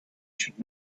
should